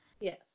yes